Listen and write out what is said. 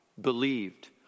believed